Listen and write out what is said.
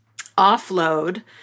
offload